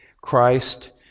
Christ